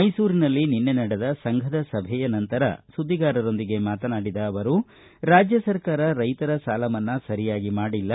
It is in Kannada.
ಮೈಸೂರಿನಲ್ಲಿ ನಿನ್ನೆ ನಡೆದ ಸಂಘದ ಸಭೆಯ ನಂತರ ಸುದ್ದಿಗಾರರೊಂದಿಗೆ ಮಾತನಾಡಿದ ಅವರು ರಾಜ್ಯ ಸರ್ಕಾರ ರೈತರ ಸಾಲಮನ್ನಾ ಸರಿಯಾಗಿ ಮಾಡಿಲ್ಲ